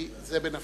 כי זה בנפשנו,